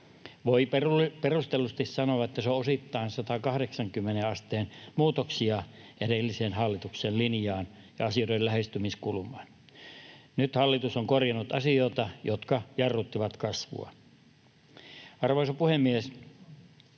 Voi perustellusti sanoa, että ne ovat osittain 180 asteen muutoksia edellisen hallituksen linjaan ja asioiden lähestymiskulmaan. Nyt hallitus on korjannut asioita, jotka jarruttivat kasvua. Arvoisa puhemies!